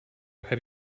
have